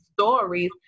stories